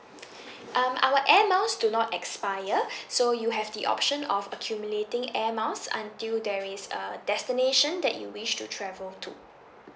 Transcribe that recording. um our air miles do not expire so you have the option of accumulating air miles until there is uh destination that you wish to travel to